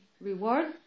reward